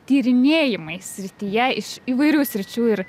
tyrinėjimais srityje iš įvairių sričių ir